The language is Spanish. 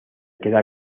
queda